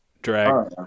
drag